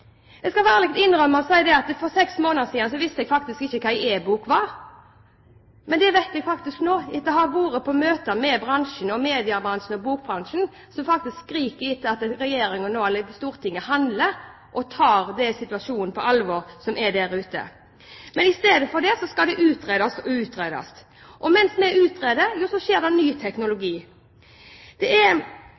at for seks måneder siden visste jeg faktisk ikke hva en e-bok var. Men det vet jeg nå, etter å ha vært i møter med bransjen – mediebransjen og bokbransjen – som faktisk skriker etter at Regjeringen, eller Stortinget, nå handler og tar situasjonen der ute på alvor. Men istedenfor skal det utredes og utredes. Og mens vi utreder, får vi ny teknologi. Det skjer så mye i den bransjen at det er viktig at Stortinget viser handlekraft. Det er